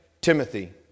Timothy